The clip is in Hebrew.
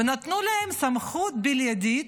ונתנו להם סמכות בלעדית,